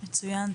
מצוין.